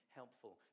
helpful